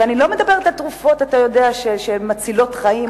ואני לא מדברת על תרופות שמצילות חיים,